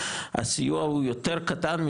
הסיוע הוא יותר קטן,